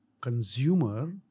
consumer